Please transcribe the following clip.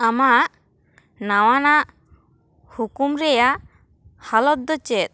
ᱟᱢᱟᱜ ᱱᱟᱣᱟᱱᱟᱜ ᱦᱩᱠᱩᱢ ᱨᱮᱭᱟᱜ ᱦᱟᱞᱚᱛ ᱫᱚ ᱪᱮᱫ